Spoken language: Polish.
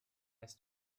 jest